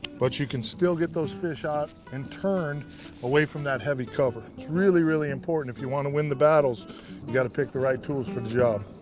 but you can still get those fish out and turned away from that heavy cover. it's really, really important if you want to win the battles, you've got to pick the right tools for the job.